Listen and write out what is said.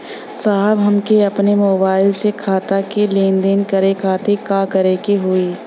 साहब हमके अपने मोबाइल से खाता के लेनदेन करे खातिर का करे के होई?